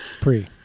Pre